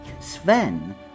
Sven